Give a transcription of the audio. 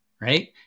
right